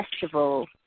festival